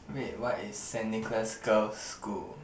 wait what is Saint-Nicholas Girls' school